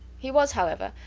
he was, however,